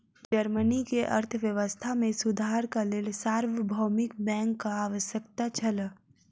Germany के अर्थव्यवस्था मे सुधारक लेल सार्वभौमिक बैंकक आवश्यकता छल